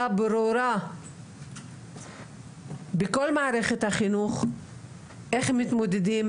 וברורה בכל מערכת החינוך איך מתמודדים,